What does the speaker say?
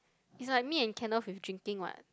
is like me and Kenneth with Jing-Ying [what]